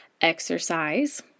exercise